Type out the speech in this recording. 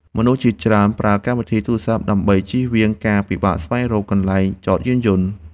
មនុស្សជាច្រើនប្រើកម្មវិធីទូរសព្ទ ដើម្បីជៀសវាងការពិបាកស្វែងរកកន្លែងចតយានយន្ត។